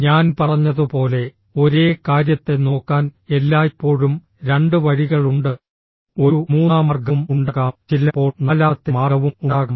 ഞാൻ പറഞ്ഞതുപോലെ ഒരേ കാര്യത്തെ നോക്കാൻ എല്ലായ്പ്പോഴും രണ്ട് വഴികളുണ്ട് ഒരു മൂന്നാം മാർഗ്ഗവും ഉണ്ടാകാം ചിലപ്പോൾ നാലാമത്തെ മാർഗ്ഗവും ഉണ്ടാകാം